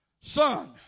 son